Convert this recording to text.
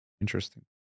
Interesting